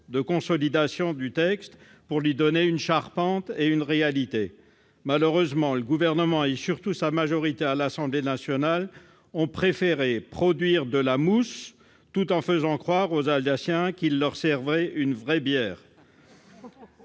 de consolidation du texte pour lui donner une charpente et une réalité. Le Gouvernement et, surtout, sa majorité à l'Assemblée nationale ont- hélas ! -préféré produire de la mousse, tout en faisant croire aux Alsaciens qu'ils leur servaient une vraie bière.